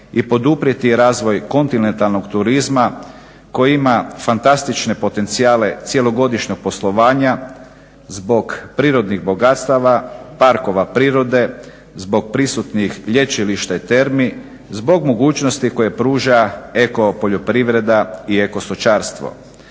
i poduprijeti razvoj kontinentalnog turizma koji ima fantastične potencijale cjelogodišnjeg poslovanja zbog prirodnih bogatstava, parkova prirode, zbog prisutnih lječilišta i termi, zbog mogućnosti koje pruža eko poljoprivreda i eko stočarstvo.